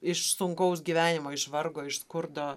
iš sunkaus gyvenimo iš vargo iš skurdo